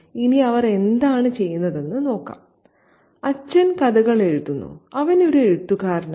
ഇനി അവർ എന്താണ് ചെയ്യുന്നതെന്ന് നോക്കാം അച്ഛൻ കഥകൾ എഴുതുന്നു അവൻ ഒരു എഴുത്തുകാരനാണ്